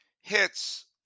hits